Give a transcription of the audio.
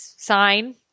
Sign